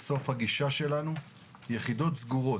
הגישה שלנו היא יחידות סגורות,